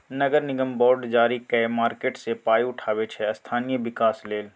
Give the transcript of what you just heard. नगर निगम बॉड जारी कए मार्केट सँ पाइ उठाबै छै स्थानीय बिकास लेल